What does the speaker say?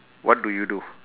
what do you do